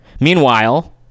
Meanwhile